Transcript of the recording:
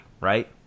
right